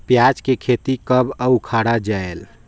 पियाज के खेती कब अउ उखाड़ा जायेल?